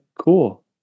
cool